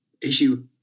issue